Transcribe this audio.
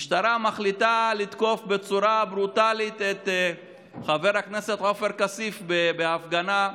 המשטרה מחליטה לתקוף בצורה ברוטלית את חבר הכנסת עופר כסיף בהפגנה,